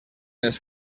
els